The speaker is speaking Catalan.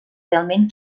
realment